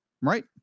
right